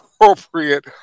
appropriate